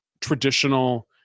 traditional